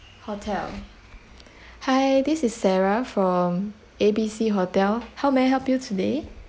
hotel hi this is sarah from A B C hotel how may I help you today